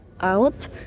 out